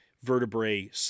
vertebrae